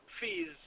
fees